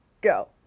go